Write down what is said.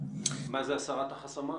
מה זה הסרת החסמים.